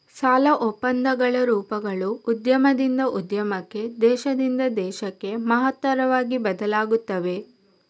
ಸಾಲ ಒಪ್ಪಂದಗಳ ರೂಪಗಳು ಉದ್ಯಮದಿಂದ ಉದ್ಯಮಕ್ಕೆ, ದೇಶದಿಂದ ದೇಶಕ್ಕೆ ಮಹತ್ತರವಾಗಿ ಬದಲಾಗುತ್ತವೆ